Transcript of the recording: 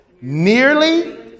Nearly